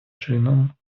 чином